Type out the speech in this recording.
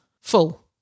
full